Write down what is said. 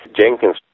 Jenkins